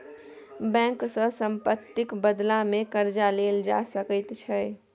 bank सँ सम्पत्तिक बदलामे कर्जा लेल जा सकैत छै